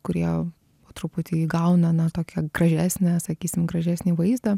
kurie po truputį įgauna na tokią gražesnę sakysim gražesnį vaizdą